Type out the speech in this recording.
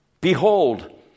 behold